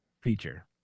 feature